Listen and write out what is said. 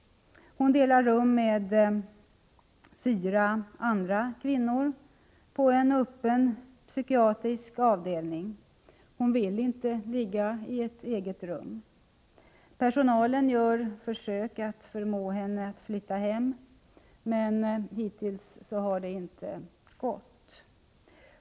Hon delar rum med fyra andra kvinnor på en öppen psykiatrisk avdelning. Hon vill inte ligga i eget rum. Personalen gör försök att förmå henna att flytta hem, men hittills har det inte gått.